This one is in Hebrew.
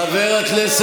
אני אומר, חוק הלאום